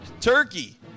turkey